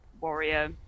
warrior